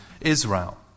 Israel